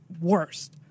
worst